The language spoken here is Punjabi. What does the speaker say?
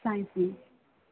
science the